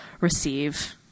receive